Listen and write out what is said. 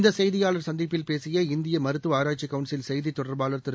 இந்தசெய்தியாளர்சந்திப்பில்பேசியஇந்தியமருத்துவஆராய்ச்சிக்கவுன்சில்செய்தித் தொடர்பாளர்திரு